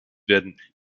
werden